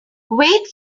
wait